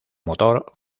motor